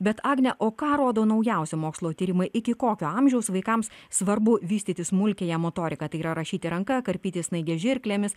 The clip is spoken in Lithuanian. bet agne o ką rodo naujausi mokslo tyrimai iki kokio amžiaus vaikams svarbu vystyti smulkiąją motoriką tai yra rašyti ranka karpyti snaiges žirklėmis